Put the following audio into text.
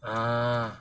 ah